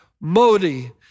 Modi